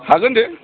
हागोन दे